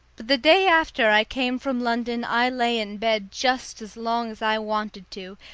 the day after i came from london i lay in bed just as long as i wanted to,